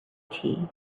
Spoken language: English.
tea